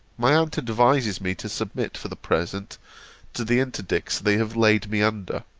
my aunt advises me to submit for the present to the interdicts they have laid me under